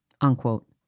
unquote